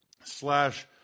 slash